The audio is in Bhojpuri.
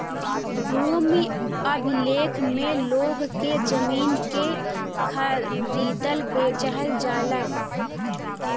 भूमि अभिलेख में लोग के जमीन के खरीदल बेचल जाला